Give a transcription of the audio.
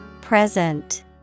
Present